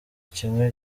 kimwe